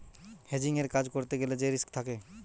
হেজিংয়ের কাজ করতে গ্যালে সে রিস্ক থাকে